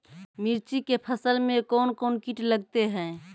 मिर्ची के फसल मे कौन कौन कीट लगते हैं?